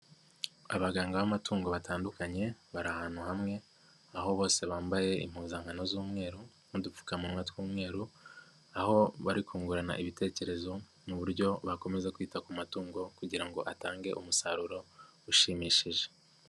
Abaganga b'amatungo batandukanye bari ahantu hamwe, aho bose bambaye impuzankano z'umweru n'udupfukamunwa tw'umweru, aho bari kungurana ibitekerezo by'uburyo bakomeza kwita ku matungo kugira ngo atange umusaruro ushimishije.